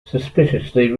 suspiciously